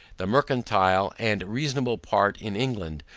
the mercantile and reasonable part in england,